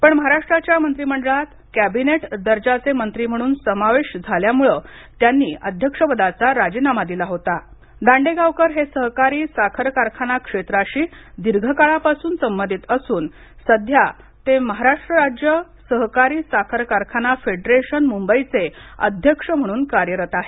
पण महाराष्ट्राच्या मंत्रिमंडळात कॅबिनेट दर्जाचे मंत्री म्हणून समावेश झाल्याने त्यांनी अध्यक्षपदाचा राजीनामा दिला होता दांडेगावकर हे सहकारी साखर कारखाना क्षेत्राशी दीर्घकाळापासून संबाधित असून सध्या ते महाराष्ट्र राज्य सहकारी साखर कारखाना फेडेरेशन मुंबईचे अध्यक्ष म्हणून कार्यरत आहेत